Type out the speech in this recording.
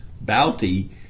bounty